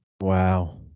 Wow